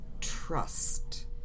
trust